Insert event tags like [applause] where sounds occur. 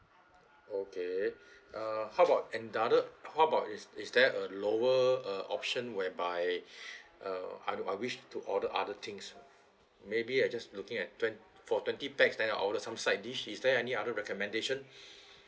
okay uh how about another how about is is there a lower uh option whereby [breath] uh I I wish to order other things maybe I just looking at twen~ for twenty pax then I order some side dish is there any other recommendation